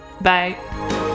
Bye